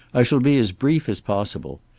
i shall be as brief as possible.